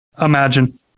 imagine